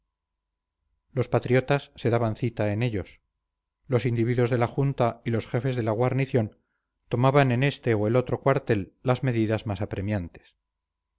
los patriotas se daban cita en ellos los individuos de la junta y los jefes de la guarnición tomaban en este o el otro cuartel las medidas más apremiantes